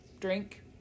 drink